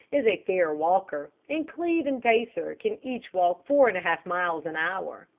is a fair walker, and cleve and pacer can each walk four and a half miles an hour.